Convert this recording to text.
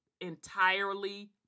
Entirely